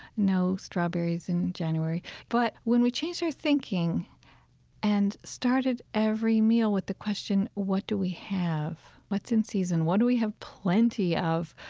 no strawberries in january but when we changed our thinking and started every meal with the question, what do we have? what's in season? what do we have plenty of?